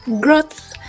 growth